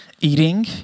eating